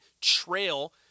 trail